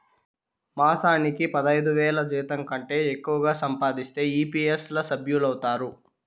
మాసానికి పదైదువేల జీతంకంటే ఎక్కువగా సంపాదిస్తే ఈ.పీ.ఎఫ్ ల సభ్యులౌతారు